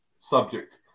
subject